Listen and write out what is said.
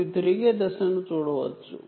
ఇది ఫేజ్ మరియు ఇది ఆంప్లిట్యూడ్